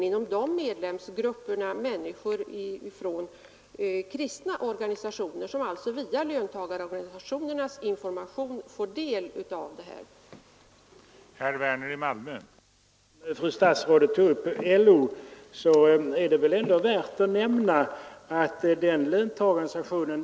Inom dessa medlemsgrupper finns även människor från kristna organisationer, som alltså via löntagarorganisationers information får del av dessa anslag.